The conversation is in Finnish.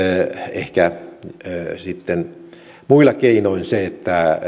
ehkä muilla keinoin